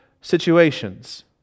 situations